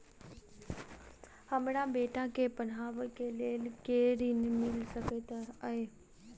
हमरा बेटा केँ पढ़ाबै केँ लेल केँ ऋण मिल सकैत अई?